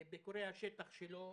ביקורי השטח שלו,